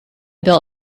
built